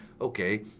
okay